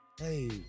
hey